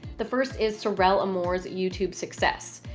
the first is sorella moore's youtube success.